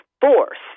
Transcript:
force